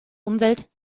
umwelt